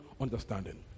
understanding